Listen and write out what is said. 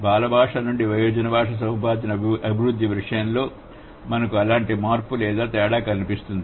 బాల భాష నుండి వయోజన భాషా సముపార్జన అభివృద్ధి విషయంలో మనకు అలాంటి మార్పు లేదా తేడా కనిపిస్తుంది